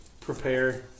prepare